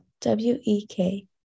W-E-K